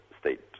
State